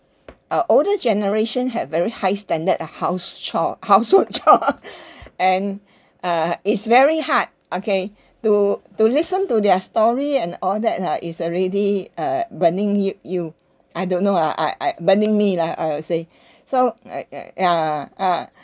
uh older generation had very high standard of house chore household chore and uh it's very hard okay to to listen to their story and all that lah is already uh burning you you I don't know lah I I burning me lah I would say so like like ya uh